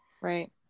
right